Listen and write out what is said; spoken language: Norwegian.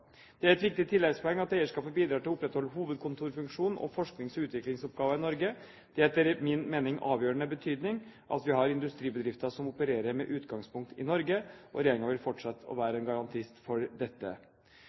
Det er et viktig tilleggspoeng at eierskapet bidrar til å opprettholde hovedkontorfunksjoner og forsknings- og utviklingsoppgaver i Norge. Det er etter min mening av avgjørende betydning at vi har industribedrifter som opererer med utgangspunkt i Norge, og regjeringen vil